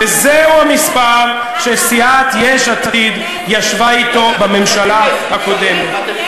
וזהו המספר שסיעת יש עתיד ישבה אתו בממשלה הקודמת.